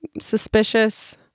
suspicious